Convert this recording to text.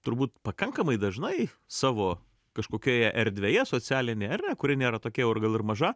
turbūt pakankamai dažnai savo kažkokioje erdvėje socialinę erdvę kuri nėra tokia jau gal ir maža